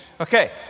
Okay